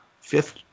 fifth